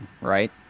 right